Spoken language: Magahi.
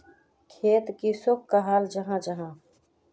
खेत किसोक कहाल जाहा जाहा?